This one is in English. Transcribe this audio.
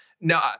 Now